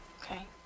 Okay